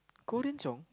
Korean song